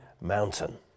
mountain